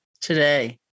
today